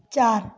চার